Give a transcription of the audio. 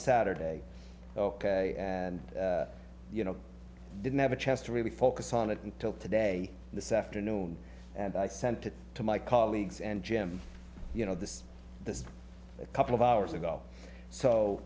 saturday ok and you know didn't have a chance to really focus on it until today this afternoon and i sent it to my colleagues and jim you know this is a couple of hours ago so